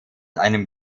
einem